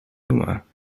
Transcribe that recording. nummer